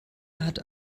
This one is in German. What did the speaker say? hat